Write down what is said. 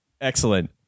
Excellent